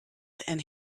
and